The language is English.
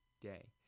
day